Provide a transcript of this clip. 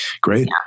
Great